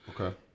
Okay